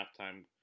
Halftime